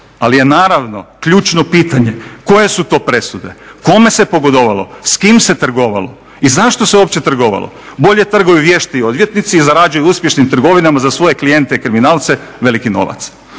Ali je naravno ključno pitanje koje su to presude, kome se pogodovalo, s kim se trgovalo i zašto se uopće trgovalo. Bolje trguju vještiji odvjetnici i zarađuju uspješnim trgovinama za svoje klijente kriminalce veliki novac.